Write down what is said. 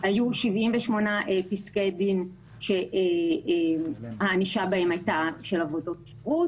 היו 78 פסקי דין שהענישה בהם הייתה של עבודות שירות.